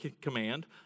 command